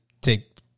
take